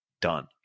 done